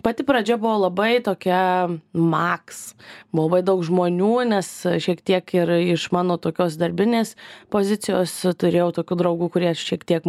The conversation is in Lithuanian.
pati pradžia buvo labai tokia maks buvo labai daug žmonių nes šiek tiek ir iš mano tokios darbinės pozicijos turėjau tokių draugų kurie šiek tiek